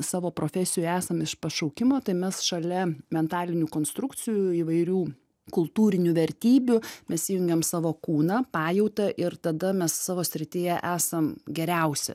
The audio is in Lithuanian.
savo profesijoj esam iš pašaukimo tai mes šalia mentalinių konstrukcijų įvairių kultūrinių vertybių mes įjungiam savo kūną pajautą ir tada mes savo srityje esam geriausi